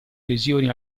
lesioni